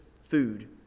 food